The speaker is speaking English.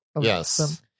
Yes